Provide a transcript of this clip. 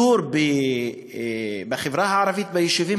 יחידות דיור לזוגות הצעירים בחברה הערבית וביישובים